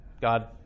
God